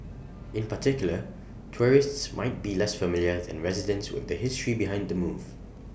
in particular tourists might be less familiar than residents with the history behind the move